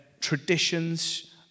traditions